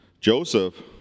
Joseph